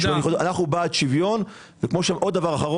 בנוסף,